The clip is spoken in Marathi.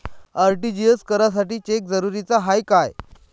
आर.टी.जी.एस करासाठी चेक जरुरीचा हाय काय?